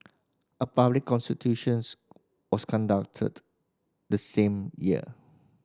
a public consultations was conducted the same year